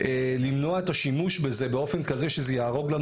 למנוע את השימוש בזה באופן כזה שזה יהרוג לנו